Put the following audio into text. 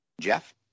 Jeff